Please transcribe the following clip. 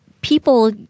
people